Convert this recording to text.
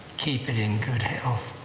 keep it in good health,